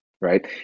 right